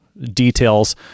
details